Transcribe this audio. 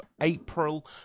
April